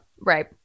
Right